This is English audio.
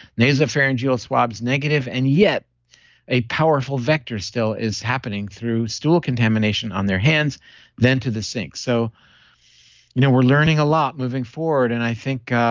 nasal pharyngeal swabs negative, and yet a powerful vector still is happening through stool contamination on their hands then to the sink. so you know we're learning a lot moving forward and i think